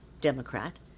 Democrat